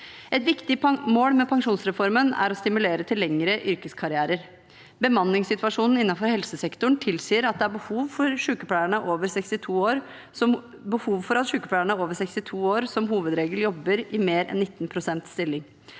Et viktig mål med pensjonsreformen er å stimulere til lengre yrkeskarrierer. Bemanningssituasjonen innenfor helsesektoren tilsier at det er behov for at sykepleierne som er over 62 år, som hovedregel jobber i stør re enn 19 pst.-stillinger.